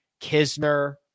Kisner